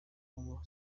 congo